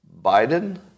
Biden